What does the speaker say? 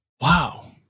Wow